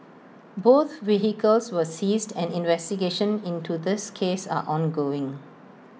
both vehicles were seized and investigations into this case are ongoing